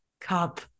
Cup